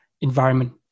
environment